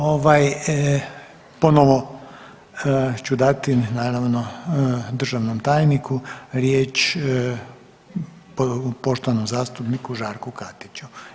Ovaj, ponovo ću dati naravno, državnom tajniku riječ, poštovanog zastupniku Žarku Katiću.